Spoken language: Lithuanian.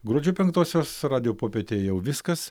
gruodžio penktosios radijo popietėje jau viskas